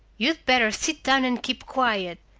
you'd better sit down and keep quiet,